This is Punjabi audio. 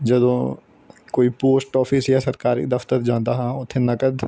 ਜਦੋਂ ਕੋਈ ਪੋਸਟ ਆਫਿਸ ਜਾਂ ਸਰਕਾਰੀ ਦਫਤਰ ਜਾਂਦਾ ਹਾਂ ਉੱਥੇ ਨਕਦ